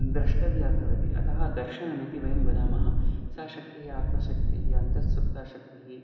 द्रष्टव्या भवति अतः दर्शनमिति वयं वदामः सा शक्तिः आत्मशक्तिः अन्तःसुप्ता शक्तिः